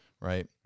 Right